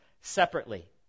separately